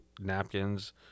napkins